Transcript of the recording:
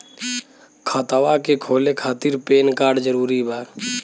खतवा के खोले खातिर पेन कार्ड जरूरी बा?